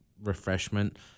refreshment